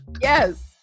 yes